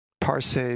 Parse